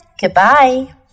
goodbye